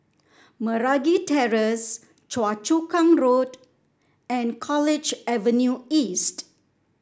Meragi Terrace Choa Chu Kang Road and College Avenue East